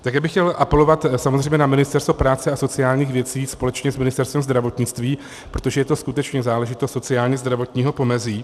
Také bych chtěl apelovat na Ministerstvo práce a sociálních věcí společně s Ministerstvem zdravotnictví, protože je to skutečně záležitost sociálnězdravotního pomezí.